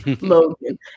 Logan